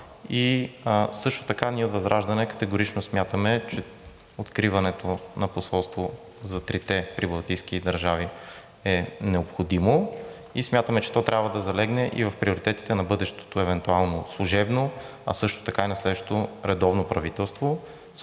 Също така ние от ВЪЗРАЖДАНЕ категорично смятаме, че откриването на посолство за трите прибалтийски държави е необходимо и смятаме, че то трябва да залегне и в приоритетите на бъдещото евентуално служебно, а също така и на следващото редовно правителство,